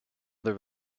other